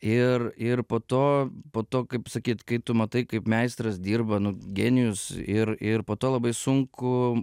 ir ir po to po to kaip sakyt kai tu matai kaip meistras dirba genijus ir ir po to labai sunku